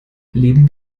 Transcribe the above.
leben